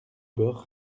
beurre